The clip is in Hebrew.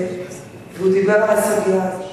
והוא דיבר על הסוגיה?